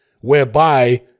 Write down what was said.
Whereby